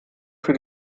für